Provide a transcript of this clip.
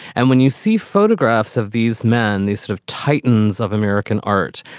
and when you see photographs of these men, these sort of titans of american art,